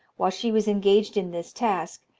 while she was engaged in this task,